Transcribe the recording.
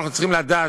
אנחנו צריכים לדעת,